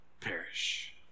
perish